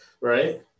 Right